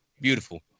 Beautiful